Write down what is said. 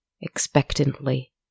expectantly